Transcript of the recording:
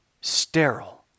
sterile